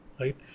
right